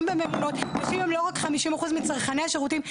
גם בממונות נשים הם לא רק 50% מצרכני השירותים,